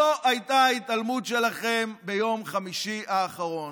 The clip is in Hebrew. זו הייתה ההתעלמות שלכם ביום חמישי האחרון.